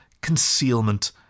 concealment